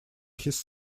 his